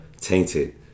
tainted